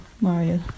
Mario